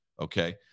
okay